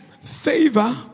favor